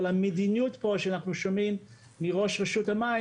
אבל המדיניות פה שאנחנו שומעים מראש רשות המים